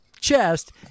chest